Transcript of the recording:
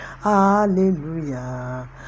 hallelujah